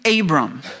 Abram